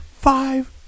five